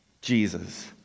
Jesus